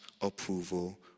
approval